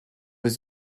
was